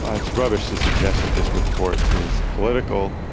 ah it's rubbish to suggest that this report is political,